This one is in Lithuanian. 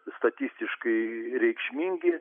statistiškai reikšmingi